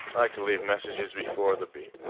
like to leave messages before the beep.